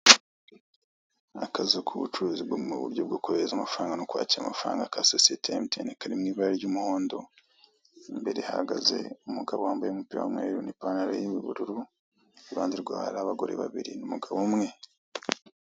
Akazu k'ubucuruzi bwo mu buryo bwo kohereza amafaranga no kwakira amafaranga ka sosiyete ya MTN Kari mu ibara ry'umuhondo imbere hahagaze umugabo wambaye umupira wumweru n'ipantaro yubururu iruhande rwaho hari abagore babiri n'umugabo umwe.